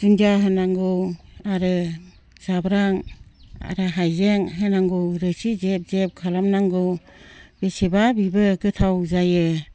दुन्दिया होनांगौ आरो जाब्रां आरो हाइजें होनांगौ रोसि जेब जेब खालामनांगौ बेसेबा बेबो गोथाव जायो